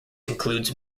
includes